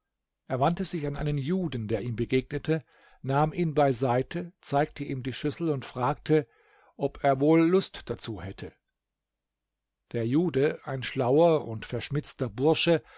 er wandte sich an einen juden der ihm begegnete nahm ihm beiseite zeigte ihm die schüssel und fragte ob er wohl lust dazu hätte der jude ein schlauer und verschmitzter bursche